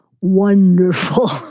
wonderful